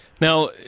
Now